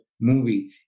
movie